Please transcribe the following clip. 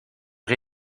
rez